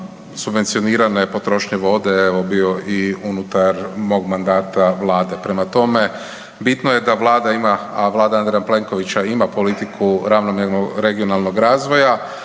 subvencionirane potrošnje vode evo bio i unutar mog mandata vlade. Prema tome, bitno je da vlada ima, a vlada Andreja Plenkovića ima politiku ravnomjernog regionalnog razvoja